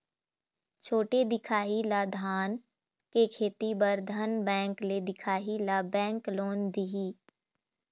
छोटे दिखाही ला धान के खेती बर धन बैंक ले दिखाही ला बैंक लोन दिही?